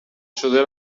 شده